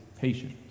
patient